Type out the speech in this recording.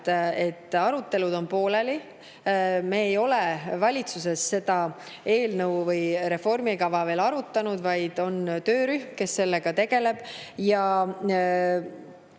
et arutelud on pooleli. Me ei ole valitsuses seda eelnõu või reformikava veel arutanud, vaid on töörühm, kes sellega tegeleb.